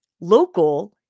local